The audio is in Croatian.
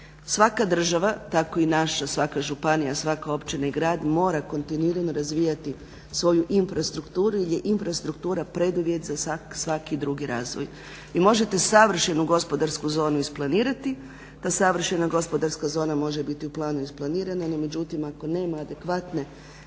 svaka država tako i naša, svaka županija, svaka općina i grad mora kontinuirano razvijati svoju infrastrukturu jer je infrastruktura preduvjet za svaki drugi razvoj. I možete savršenu gospodarsku zonu isplanirati. Ta savršena gospodarska zona može biti u planu isplanirana. No međutim ako nema adekvatne